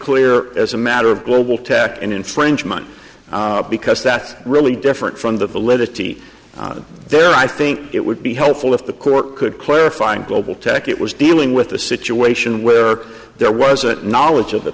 clear as a matter of global tech and infringement because that's really different from the validity there i think it would be helpful if the court could clarify and global tech it was dealing with a situation where there was a knowledge of the